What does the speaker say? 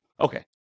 Okay